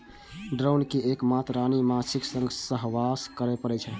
drone कें एक मात्र रानी माछीक संग सहवास करै पड़ै छै